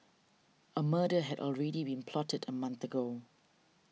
a murder had already been plotted a month ago